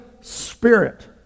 Spirit